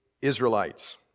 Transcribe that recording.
israelites